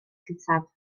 cyntaf